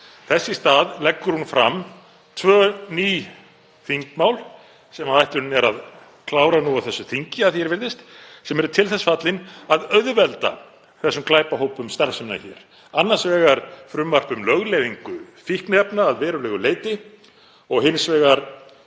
Þess í stað leggur hún fram tvö ný þingmál sem ætlunin er að klára nú á þessu þingi, að því er virðist, sem eru til þess fallin að auðvelda þessum glæpahópum starfsemina hér. Það er annars vegar frumvarp um lögleiðingu fíkniefna að verulegu leyti og hins vegar